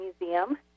Museum